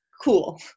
cool